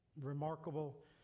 remarkable